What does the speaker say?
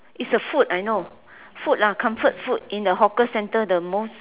is a food I know food lah comfort food in the hawker center the most